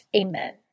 Amen